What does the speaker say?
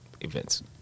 events